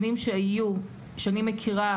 שאני מכירה,